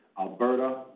Alberta